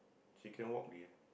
she can walk already ah